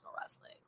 wrestling